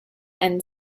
and